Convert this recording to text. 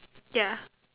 ya